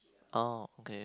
oh okay